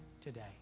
today